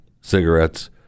cigarettes